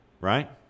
Right